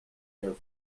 their